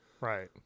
Right